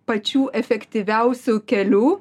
pačių efektyviausių kelių